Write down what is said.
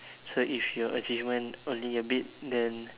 so if your achievement only a bit then